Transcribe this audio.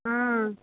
ହଁ